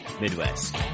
Midwest